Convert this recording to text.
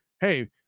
hey